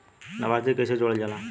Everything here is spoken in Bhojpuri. लभार्थी के कइसे जोड़ल जाला?